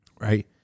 right